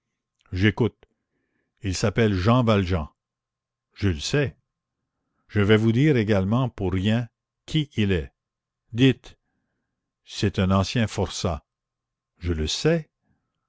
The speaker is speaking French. j'écoute il s'appelle jean valjean je le sais je vais vous dire également pour rien qui il est dites c'est un ancien forçat je le sais